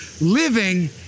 Living